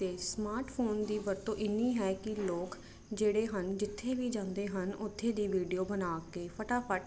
ਅਤੇ ਸਮਾਰਟਫੋਨ ਦੀ ਵਰਤੋਂ ਇੰਨੀ ਹੈ ਕਿ ਲੋਕ ਜਿਹੜੇ ਹਨ ਜਿੱਥੇ ਵੀ ਜਾਂਦੇ ਹਨ ਉੱਥੇ ਦੀ ਵੀਡੀਓ ਬਣਾ ਕੇ ਫਟਾਫਟ